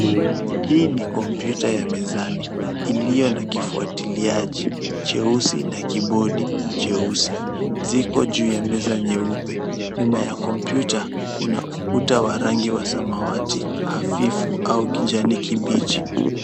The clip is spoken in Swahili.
Hii ni kompyuta ya mezani, iliyo na kifuatiliaji cheusi na kibodi cheusi. Ziko juu ya meza nyeupe. Nyuma ya kompyuta, kuna ukuta wa rangi wa samawati hafifu au kijani kibichi.